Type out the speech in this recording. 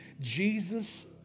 Jesus